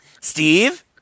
Steve